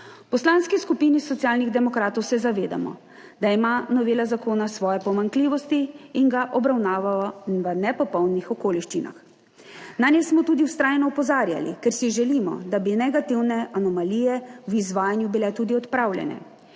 Poslanski skupini Socialnih demokratov se zavedamo, da ima novela zakona svoje pomanjkljivosti in ga obravnavamo v nepopolnih okoliščinah, nanje smo tudi vztrajno opozarjali, ker si želimo, da bi bile negativne anomalije v izvajanju tudi odpravljene.